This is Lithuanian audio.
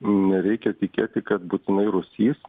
nereikia tikėti kad būtinai rūsys